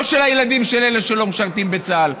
לא של הילדים של אלה שלא משרתים בצה"ל.